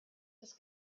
his